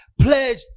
pledge